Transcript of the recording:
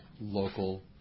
local